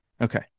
Okay